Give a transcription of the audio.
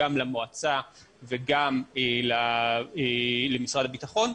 גם למועצה וגם למשרד הביטחון,